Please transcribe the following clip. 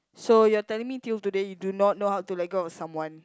so you're telling me till today you do not know how to let go of someone